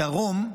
בדרום,